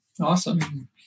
Awesome